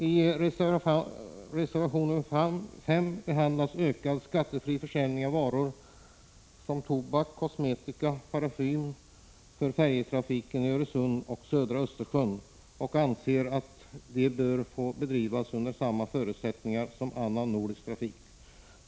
I reservation nr 5 behandlas frågan om ökad skattefri försäljning av varor som tobak, kosmetika och parfym i färjetrafiken i Öresund och södra Östersjön. Reservanterna anser att denna färjetrafik bör få bedrivas under samma förutsättningar som annan nordisk trafik.